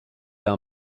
are